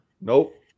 Nope